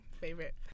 Favorite